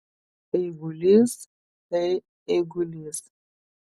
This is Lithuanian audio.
eigulys tai eigulys